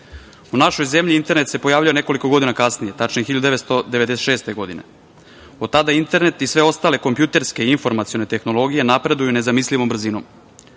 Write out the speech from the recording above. našoj zemlji internet se pojavio nekoliko godina kasnije, tačnije 1996. godine. Od tada internet i sve ostale kompjuterske i informacione tehnologije napreduju nezamislivom brzinom.